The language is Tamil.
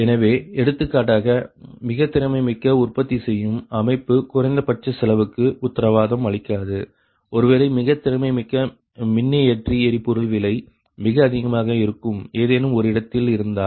எனவே எடுத்துக்காட்டாக மிக திறமைமிக்க உற்பத்தி செய்யும் அமைப்பு குறைந்தபட்ச செலவுக்கு உத்தரவாதம் அளிக்காது ஒருவேளை மிக திறமைமிக்க மின்னியற்றி எரிபொருள் விலை மிக அதிகமாக இருக்கும் ஏதேனும் ஒரு இடத்தில இருந்தால்